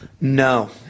No